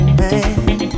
man